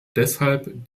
deshalb